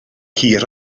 hir